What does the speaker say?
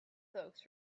folks